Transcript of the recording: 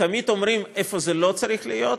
תמיד אומרים איפה זה לא צריך להיות,